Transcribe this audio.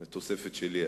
"בעזרת השם" זו תוספת שלי,